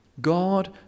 god